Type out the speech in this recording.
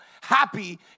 happy